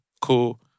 cool